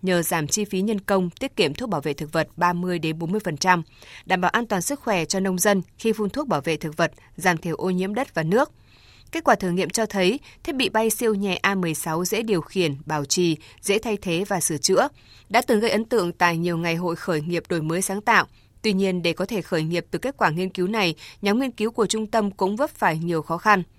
Nhờ giảm chi phí nhân công, tiết kiệm thuốc bảo vệ thực vật 30-40%, đảm bảo an toàn sức khỏe cho nông dân khi phun thuốc bảo vệ thực vật, giảm thiểu ô nhiễm đất và nước. Kết quả thử nghiệm cho thấy, thiết bị bay siêu nhẹ A16 dễ điều khiển, bảo trì, dễ thay thế và sửa chữa. Đã từng gây ấn tượng tại nhiều ngày hội khởi nghiệp đổi mới sáng tạo. Tuy nhiên, để có thể khởi nghiệp từ kết quả nghiên cứu này, nhóm nghiên cứu của trung tâm cũng vấp phải nhiều khó khăn.